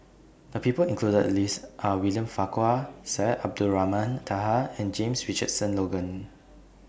The People included in The list Are William Farquhar Syed Abdulrahman Taha and James Richardson Logan